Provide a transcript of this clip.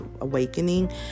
awakening